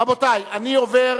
רבותי, אני עובר,